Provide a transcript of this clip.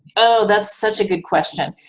oh, that's such a good question.